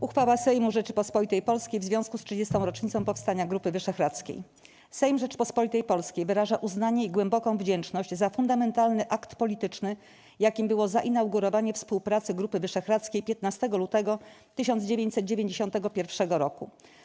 Uchwała Sejmu Rzeczypospolitej Polskiej w związku z 30. rocznicą powstania Grupy Wyszehradzkiej Sejm Rzeczypospolitej Polskiej wyraża uznanie i głęboką wdzięczność za fundamentalny akt polityczny, jakim było zainaugurowanie współpracy Grupy Wyszehradzkiej 15 lutego 1991 r.